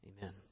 Amen